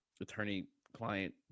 attorney-client